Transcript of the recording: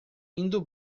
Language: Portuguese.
indo